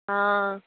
ആ